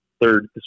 third